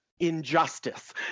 injustice